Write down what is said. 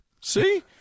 see